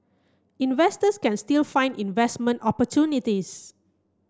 investors can still find investment opportunities